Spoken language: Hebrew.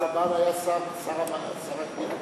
צבן היה שר הקליטה.